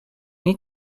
need